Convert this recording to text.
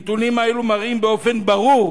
הנתונים האלו מראים באופן ברור